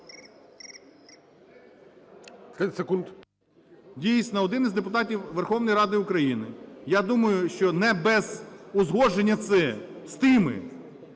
Дійсно, один із депутатів Верховної Ради України, я думаю, що не без узгодження це з тими,